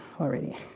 Already